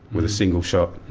with a single shot